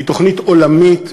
היא תוכנית עולמית.